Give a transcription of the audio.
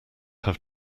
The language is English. have